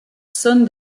són